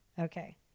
okay